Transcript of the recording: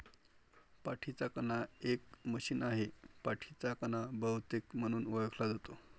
पाठीचा कणा एक मशीन आहे, पाठीचा कणा बहुतेक म्हणून ओळखला जातो